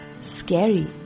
scary